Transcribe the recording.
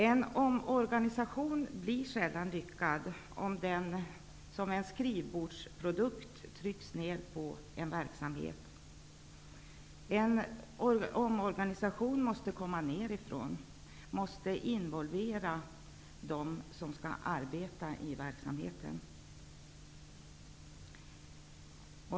En omorganisation blir sällan lyckad om den som en skrivbordsprodukt trycks ned på en verksamhet. En omorganisation måste komma nedifrån och måste involvera dem som skall arbeta i verksamheten.